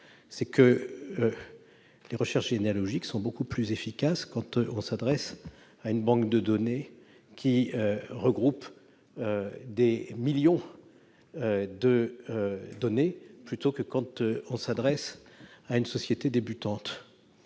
simple : les recherches généalogiques sont beaucoup plus efficaces lorsque l'on s'adresse à une banque de données qui regroupe des millions de données plutôt qu'à une société débutante.